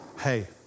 Hey